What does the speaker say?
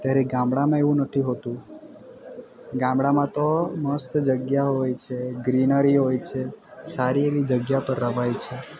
ત્યારે ગામડામાં એવું નથી હોતું ગામડામાં તો મસ્ત જગ્યા હોય છે ગ્રીનરી હોય છે સારી એવી જગ્યા પર રમાય છે